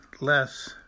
less